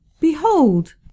Behold